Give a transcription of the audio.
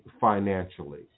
financially